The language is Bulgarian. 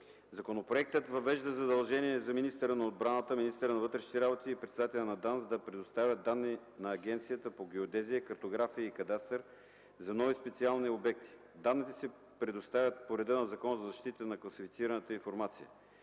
Законопроектът въвежда задължения за министъра на отбраната, министъра на вътрешните работи и председателя на ДАНС да предоставят данни на Агенцията по геодезия, картография и кадастър за нови специални обекти. Данните се предоставят по реда на Закона за защита на класифицираната информация.